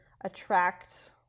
attract